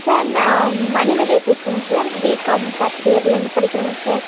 sir நான் மணிமேகலை பேசுறேங்க sir B Com first இயர்லேர்ந்து படிக்கிறேங்க சார்